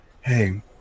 hey